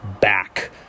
back